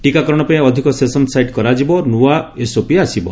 ଟିକାକରଣ ପାଇଁ ଅଧିକ ସେସନ୍ ସାଇଟ୍ କରାଯିବ ନ୍ତଆ ଏସ୍ଓପି ଆସିବ